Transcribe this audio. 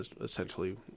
essentially